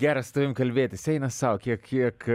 gera su tavim kalbėtis eina sau kiek kiek